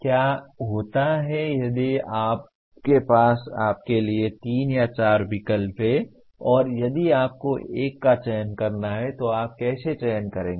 क्या होता है यदि आपके पास आपके लिए तीन या चार विकल्प हैं और यदि आपको एक का चयन करना है तो आप कैसे चयन करेंगे